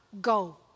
go